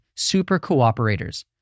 super-cooperators